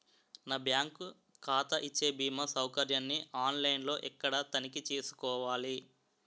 నా బ్యాంకు ఖాతా ఇచ్చే భీమా సౌకర్యాన్ని ఆన్ లైన్ లో ఎక్కడ తనిఖీ చేసుకోవాలి?